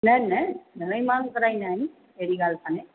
न न घणेई माण्हू कराईंदा आहिनि अहिड़ी ॻाल्हि काने